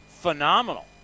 phenomenal